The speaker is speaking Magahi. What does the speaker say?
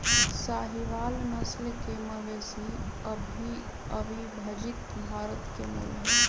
साहीवाल नस्ल के मवेशी अविभजित भारत के मूल हई